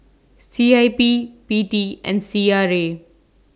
C I P P T and C R A